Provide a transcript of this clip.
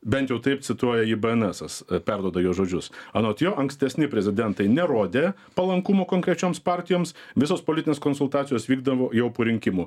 bent jau taip cituoja jį bėenesas perduoda jo žodžius anot jo ankstesni prezidentai nerodė palankumo konkrečioms partijoms visos politinės konsultacijos vykdavo jau po rinkimų